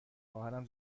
خواهرم